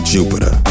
Jupiter